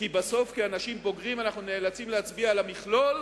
כי בסוף כאנשים בוגרים אנחנו נאלצים להצביע על המכלול,